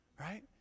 Right